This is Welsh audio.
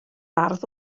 ardd